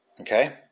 Okay